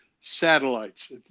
satellites